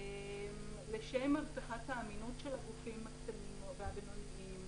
לשם הבטחת האמינות של הגופים הקטנים והבינוניים,